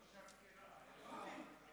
חבר הכנסת עיסאווי, לא,